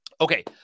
Okay